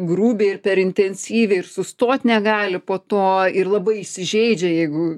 grubiai ir per intensyviai ir sustot negali po to ir labai įsižeidžia jeigu